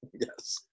Yes